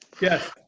Yes